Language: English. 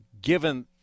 given